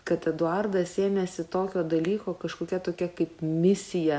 kad eduardas ėmėsi tokio dalyko kažkokia tokia kaip misija